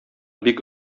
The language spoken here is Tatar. бик